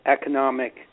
economic